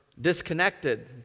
disconnected